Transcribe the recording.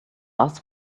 ask